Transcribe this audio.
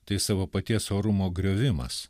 tai savo paties orumo griovimas